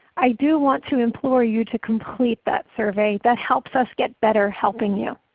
i do want to implore you to complete that survey. that helps us get better helping you.